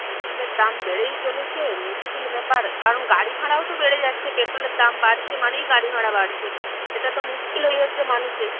পেট্রোলের দাম বেড়েই চলেছে মুশকিল ব্যাপার কারণ গাড়ি ভাড়াও তো বেড়ে যাচ্ছে পেট্রোলের দাম বাড়ছে মানেই গাড়ি ভাড়া বাড়ছে এটা তো মুশকিল হয়ে যাচ্ছে মানুষের